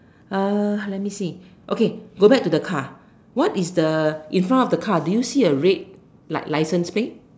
uh let me see okay go back to the car what is the in front of the car do you see a red like licence plate